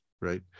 right